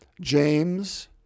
James